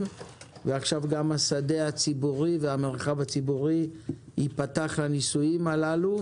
ועכשיו גם השדה הציבורי והמרחב הציבורי ייפתח לניסויים הללו.